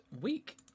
week